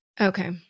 Okay